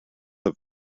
have